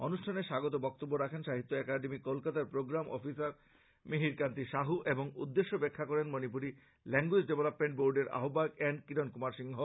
অনুষ্ঠানে স্বাগত বক্তব্য রাখেন সাহিত্য একাডেমী কলকাতার প্রোগ্রাম অফিসার মিহিরকান্তি সাহু এবং উদ্দেশ্য ব্যাখ্যা করেন মনিপুরী লেংগুয়েজ ডেভলপমেন্ট বোর্ডের আহ্বায়ক এন কিরন কৃমার সিংহ